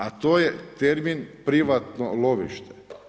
A to je termin privatno lovište.